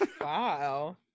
Wow